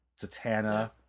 satana